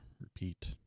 repeat